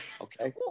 okay